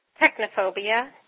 Technophobia